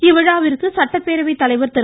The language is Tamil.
இவ்விழாவிற்கு சட்டப்பேரவை தலைவ் திரு